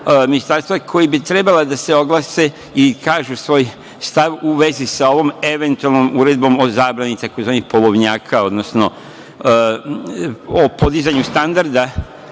koja bi trebala da se oglase i kažu svoj stav u vezi sa ovom eventualnom uredbom o zabrani tzv. polovnjaka, odnosno o podizanju standarda,